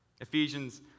Ephesians